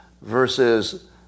Versus